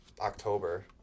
October